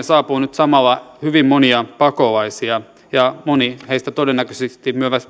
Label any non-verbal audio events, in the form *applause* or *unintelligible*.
*unintelligible* saapuu nyt samalla hyvin monia pakolaisia ja moni heistä todennäköisesti